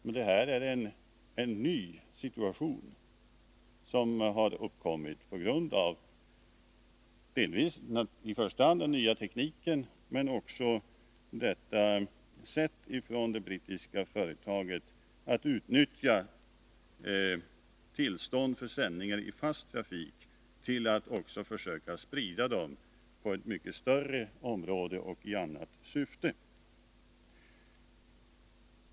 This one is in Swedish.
Ja, det är en ny situation som har uppkommit i första hand på grund av ny teknik men också genom det brittiska företagets sätt att utnyttja tillstånd för sändningar i fast trafik till att också försöka sprida dem över mycket större område och i annat syfte.